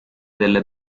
delle